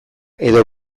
edo